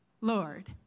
Lord